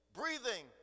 breathing